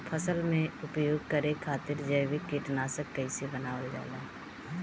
फसल में उपयोग करे खातिर जैविक कीटनाशक कइसे बनावल जाला?